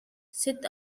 said